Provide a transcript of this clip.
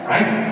Right